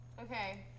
Okay